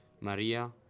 Maria